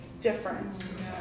difference